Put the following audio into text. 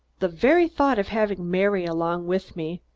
the very thought of having mary along with me,